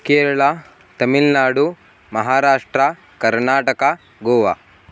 केरळा तमिल्नाडु महाराष्ट्रं कर्नाटकः गोवा